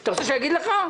אתה רוצה שאגיד לך?